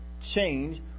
Change